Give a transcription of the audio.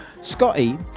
Scotty